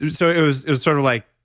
so, it was it was sort of like,